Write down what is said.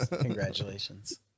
Congratulations